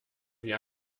wie